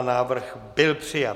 Návrh byl přijat.